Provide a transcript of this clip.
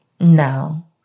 No